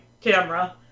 camera